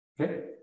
Okay